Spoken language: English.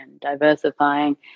diversifying